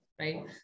right